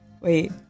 Wait